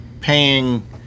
paying